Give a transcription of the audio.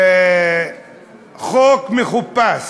חוק מחוּפש.